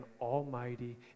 almighty